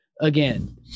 again